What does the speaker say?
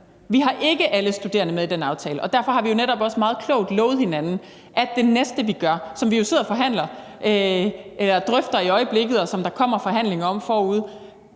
Vi har ikke alle studerende med i den aftale, og derfor har vi jo også netop meget klogt lovet hinanden, at det næste, vi gør, hvad vi jo sidder og forhandler om og drøfter i øjeblikket, og som der kommer forhandlinger om forude,